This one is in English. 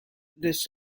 this